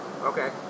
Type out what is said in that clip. Okay